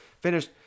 finished